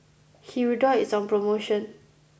Hirudoid is on promotion